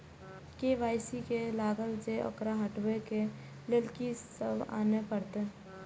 KYC जे लागल छै ओकरा हटाबै के लैल की सब आने परतै?